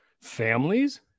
families